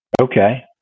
Okay